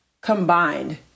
combined